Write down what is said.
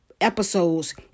episodes